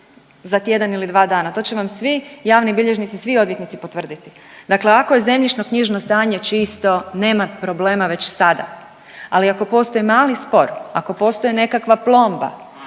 za tjedan ili dva dana. To će vam javni bilježnici, svi odvjetnici potvrditi. Dakle, ako je zemljišno-knjižno stanje čisto nema problema već sada, ali ako postoji mali spor, ako postoji nekakva plomba,